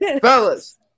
Fellas